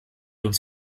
uns